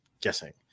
guessing